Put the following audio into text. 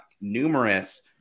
numerous